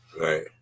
Right